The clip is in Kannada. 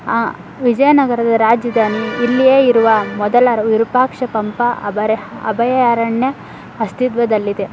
ಆ ವಿಜಯನಗರದ ರಾಜಧಾನಿ ಇಲ್ಲಿಯೇ ಇರುವ ಮೊದಲ ವಿರೂಪಾಕ್ಷ ಪಂಪ ಅಬರೆ ಅಭಯಾರಣ್ಯ ಅಸ್ತಿತ್ವದಲ್ಲಿದೆ